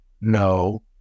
No